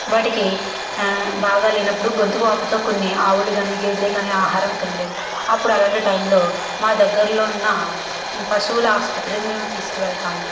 వాటికి బాగాలేనప్పుడు గొంతు వాపుతో కొన్ని ఆవులు కానీ గేదెలు కాని ఆహారం తినలేవు అప్పుడు అలాంటి టైంలో మా దగ్గరలో ఉన్న పశువుల ఆసుపత్రికి మేము తీసుక వెళ్తాము